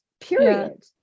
period